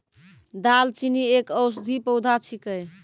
दालचीनी एक औषधीय पौधा छिकै